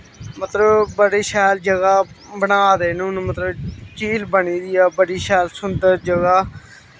मतलब बड़ी शैल जगह बना दे न हून मतलब झील बनी दी ऐ बड़ी शैल सुन्दर जगह